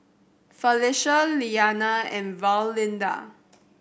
Felicia Lilyana and Valinda